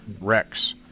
Rex